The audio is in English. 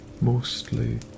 mostly